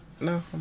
no